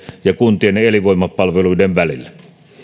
ja kuntien elinvoimapalveluiden välillä